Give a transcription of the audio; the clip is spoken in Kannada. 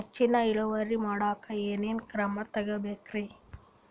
ಹೆಚ್ಚಿನ್ ಇಳುವರಿ ಮಾಡೋಕ್ ಏನ್ ಏನ್ ಕ್ರಮ ತೇಗೋಬೇಕ್ರಿ?